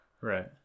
right